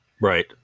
Right